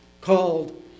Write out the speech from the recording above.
called